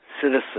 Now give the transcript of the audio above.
citizen